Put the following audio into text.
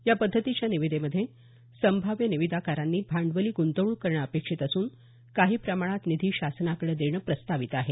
या पद्धतीच्या निविदेमध्ये संभाव्य निविदाकारांनी भांडवली गुंतवणूक करणं अपेक्षित असून काही प्रमाणात निधी शासनाकडे देणं प्रस्तावित आहे